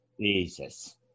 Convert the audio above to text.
Jesus